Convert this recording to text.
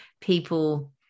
people